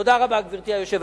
תודה רבה, גברתי היושבת-ראש.